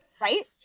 Right